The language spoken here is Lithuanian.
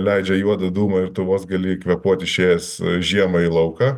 leidžia juodą dūmą ir tu vos gali kvėpuot išėjęs žiemą į lauką